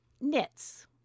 knits